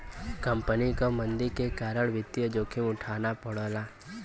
company क मंदी के कारण वित्तीय जोखिम उठाना पड़ला